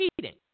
Cheating